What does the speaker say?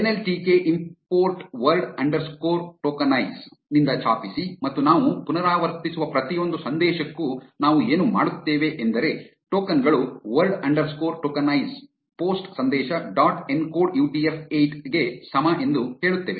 N L T K import word underscore tokenize ನಿಂದ ಛಾಪಿಸಿ ಮತ್ತು ನಾವು ಪುನರಾವರ್ತಿಸುವ ಪ್ರತಿಯೊಂದು ಸಂದೇಶಕ್ಕೂ ನಾವು ಏನು ಮಾಡುತ್ತೇವೆ ಎಂದರೆ ಟೋಕನ್ ಗಳು ವರ್ಡ್ ಅಂಡರ್ಸ್ಕೋರ್ ಟೋಕನೈಸ್ ಪೋಸ್ಟ್ ಸಂದೇಶ ಡಾಟ್ ಎನ್ಕೋಡ್ ಯುಟಿಎಫ್ 8 ಗೆ ಸಮ ಎಂದು ಹೇಳುತ್ತೇವೆ